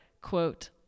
quote